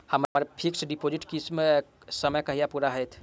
हम्मर fixed deposit scheme केँ समय कहिया पूरा हैत?